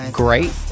great